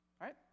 right